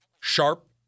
sharp